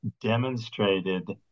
demonstrated